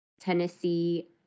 Tennessee